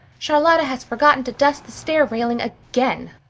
charlotta has forgotten to dust the stair railing again.